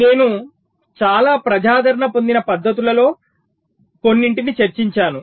నేను చాలా ప్రజాదరణ పొందిన పద్ధతులలో కొన్నింటిని చర్చించాను